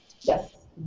Yes